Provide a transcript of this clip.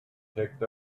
picked